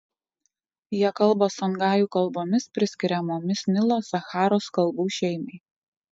jie kalba songajų kalbomis priskiriamomis nilo sacharos kalbų šeimai